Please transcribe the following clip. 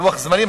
לוח זמנים,